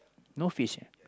no fish eh